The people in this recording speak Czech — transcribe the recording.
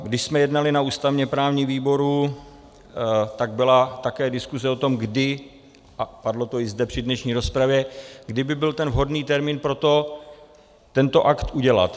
Když jsme jednali na ústavněprávním výboru, tak byla také diskuse o tom, kdy a padlo to i zde při dnešní rozpravě kdy by byl ten vhodný termín pro to tento akt udělat.